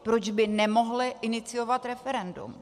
Proč by nemohli iniciovat referendum?